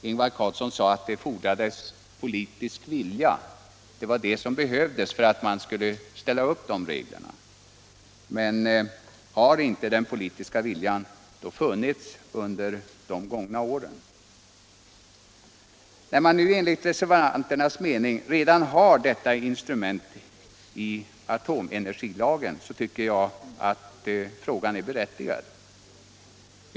Ingvar Carlsson sade att det fordras politisk vilja för att ställa upp sådana regler, men har den politiska viljan då inte funnits under de gångna åren? När man nu enligt reservanternas mening redan har detta instrument i atomenergilagen tycker jag att frågan är berättigad.